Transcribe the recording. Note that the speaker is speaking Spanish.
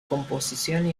composición